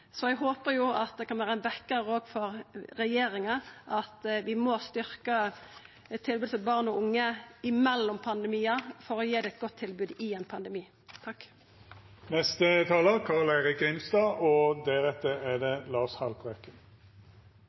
kan vera ein vekkjar òg for regjeringa, at vi må styrkja tilbodet til barn og unge mellom pandemiar for å gi dei eit godt tilbod i ein pandemi. Takk til interpellanten og til helse- og